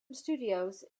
studios